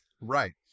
Right